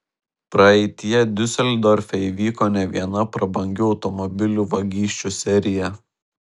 praeityje diuseldorfe įvyko ne viena prabangių automobilių vagysčių serija